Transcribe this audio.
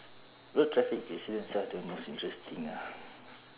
road traffic accidents are the most interesting ah